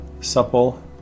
supple